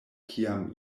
kiam